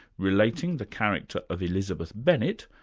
relating the character of elizabeth bennet,